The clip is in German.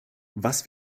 was